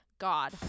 God